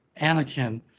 Anakin